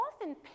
often